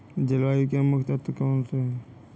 जलवायु के मुख्य तत्व कौनसे हैं?